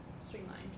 streamlined